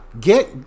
get